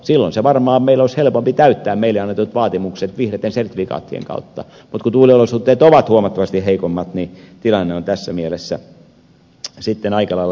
silloin olisi varmaan helpompi täyttää meille annetut vaatimukset vihreitten sertifikaattien kautta mutta kun tuuliolosuhteet ovat huomattavasti heikommat tilanne on tässä mielessä aika lailla toisenlainen